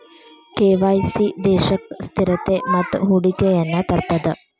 KYC ದೇಶಕ್ಕ ಸ್ಥಿರತೆ ಮತ್ತ ಹೂಡಿಕೆಯನ್ನ ತರ್ತದ